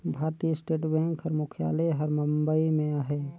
भारतीय state bank कर मुख्यालय हर बंबई में अहे